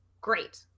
Great